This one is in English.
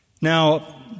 Now